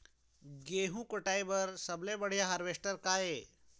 गेहूं कटाई बर सबले बढ़िया हारवेस्टर का ये?